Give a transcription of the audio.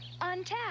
Untap